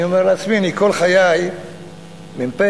אני אומר לעצמי: כל חיי אני מ"פ,